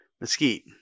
Mesquite